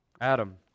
Adam